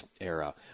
era